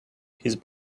his